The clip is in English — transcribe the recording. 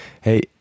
Hey